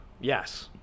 Yes